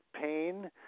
pain